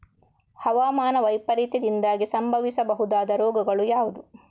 ಹವಾಮಾನ ವೈಪರೀತ್ಯದಿಂದಾಗಿ ಸಂಭವಿಸಬಹುದಾದ ರೋಗಗಳು ಯಾವುದು?